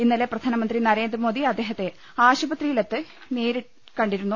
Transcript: ഇന്നലെ പ്രധാനമന്ത്രി നരേന്ദ്രമോദി അദ്ദേഹത്തെ ആശുപത്രിയിലെത്തി നേരിൽ കണ്ടിരുന്നു